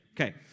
Okay